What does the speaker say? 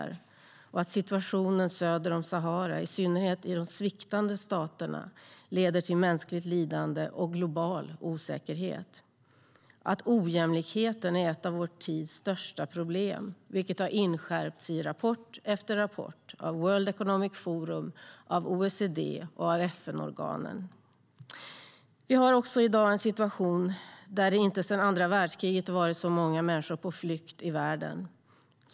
Vi har i dag en situation i världen där det inte sedan andra världskriget varit så många människor på flykt.